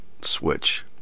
switch